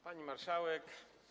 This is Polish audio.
Pani Marszałek!